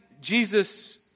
Jesus